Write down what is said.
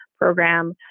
program